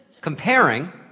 Comparing